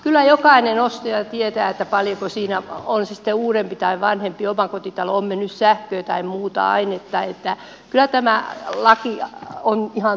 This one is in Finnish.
kyllä jokainen ostaja tietää paljonko siinä on se sitten uudempi tai vanhempi omakotitalo on mennyt sähköä tai muuta ainetta niin että kyllä tämä laki on ihan tuulesta temmattu